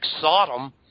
Sodom